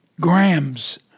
grams